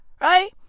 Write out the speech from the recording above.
right